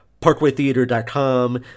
parkwaytheater.com